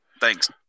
Thanks